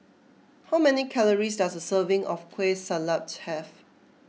how many calories does a serving of Kueh Salat have